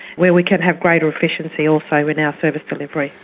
where we can have greater efficiency also in our service delivery.